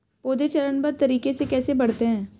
पौधे चरणबद्ध तरीके से कैसे बढ़ते हैं?